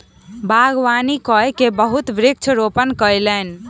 बागवानी कय के बहुत वृक्ष रोपण कयलैन